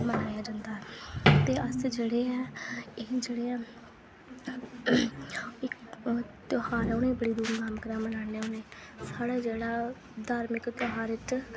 एह् मनाया जंदा ऐ ते अस जेह्ड़े ऐ त्योहार बड़ा धूमधाम कन्नै मनाने होनें साढ़ै जेह्ड़ा धार्मिक भारत